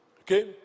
Okay